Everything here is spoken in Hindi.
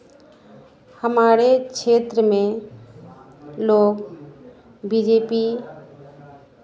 हमारे क्षेत्र में लोग बी जे पी